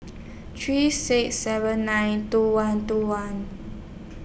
three six seven nine two one two one